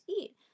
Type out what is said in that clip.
eat